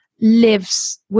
lives